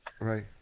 Right